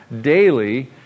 Daily